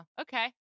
okay